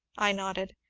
i nodded.